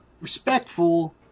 respectful